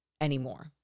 anymore